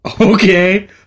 Okay